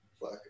fuck